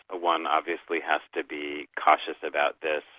one obviously has to be cautious about this.